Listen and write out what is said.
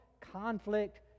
conflict